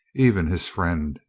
even his friend.